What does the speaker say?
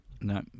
No